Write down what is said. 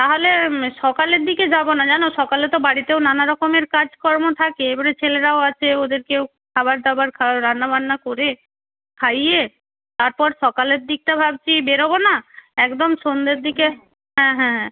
তাহলে সকালের দিকে যাব না জানো সকালে তো বাড়িতেও নানা রকমের কাজকর্ম থাকে এবারে ছেলেরাও আছে ওদেরকেও খাবার দাবার রান্নাবান্না করে খাইয়ে তারপর সকালের দিকটা ভাবছি বেরবো না একদম সন্ধের দিকে হ্যাঁ হ্যাঁ হ্যাঁ